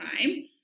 time